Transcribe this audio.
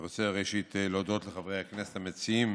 ראשית אני רוצה להודות לחברי הכנסת המציעים